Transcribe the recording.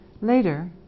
Later